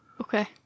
Okay